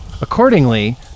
accordingly